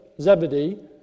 Zebedee